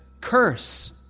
curse